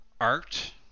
art